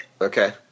Okay